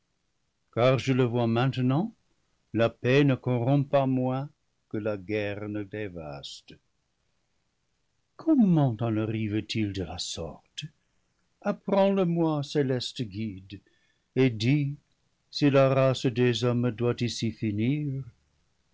car je le vois maintenant la paix ne corrompt pas moins que la guerre ne dévaste com ment en arrive-t-il de la sorte apprends le moi céleste guide et dis si la race des hommes doit ici finir